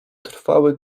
trwały